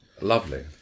lovely